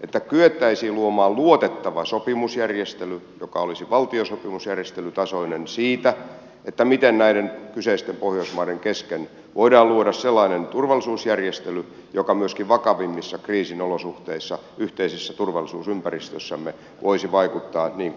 että kyettäisiin luomaan luotettava sopimusjärjestely joka olisi valtiosopimusjärjestelytasoinen siitä miten näiden kyseisten pohjoismaiden kesken voidaan luoda sellainen turvallisuusjärjestely joka myöskin vakavimmissa kriisin olosuhteissa yhteisessä turvallisuusympäristössämme voisi vaikuttaa niin kuin valtionsopimusten on tarkoituskin vaikuttaa